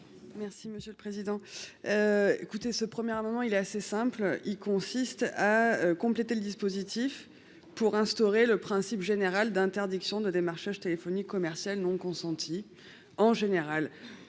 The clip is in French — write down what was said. Merci monsieur le président. Écoutez ce premier à un moment, il est assez simple, il consiste à compléter le dispositif pour instaurer le principe général d'interdiction de démarchage téléphonique commercial non consentie en général